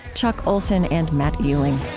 chuck olsen, and matt ehling